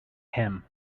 him